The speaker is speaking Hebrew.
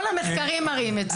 כל המחקרים מראים את זה.